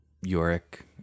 Yorick